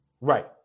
right